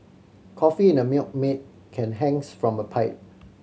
coffee in a Milkmaid can hangs from a pipe